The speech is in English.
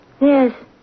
Yes